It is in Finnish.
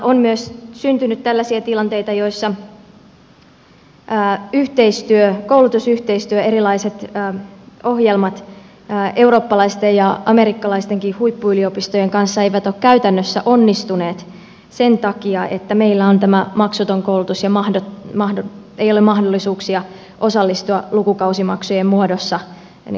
on myös syntynyt tällaisia tilanteita joissa koulutusyhteistyö erilaiset ohjelmat eurooppalaisten ja amerikkalaisten huippuyliopistojen kanssa eivät ole käytännössä onnistuneet sen takia että meillä on tämä maksuton koulutus eikä ole mahdollisuuksia osallistua lukukausimaksujen muodossa sen järjestelmän rakentamiseen